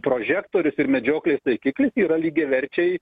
prožektorius ir medžioklės taikiklis yra lygiaverčiai